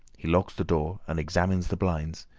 he locks the door and examines the blinds,